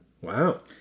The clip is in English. Wow